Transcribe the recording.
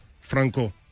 Franco